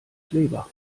kleber